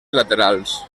laterals